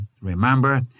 Remember